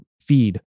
feed